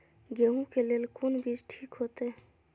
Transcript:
गेहूं के लेल कोन बीज ठीक होते?